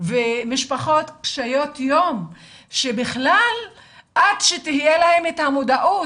ומשפחות קשות יום שעד שתהיה להם המודעות